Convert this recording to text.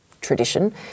tradition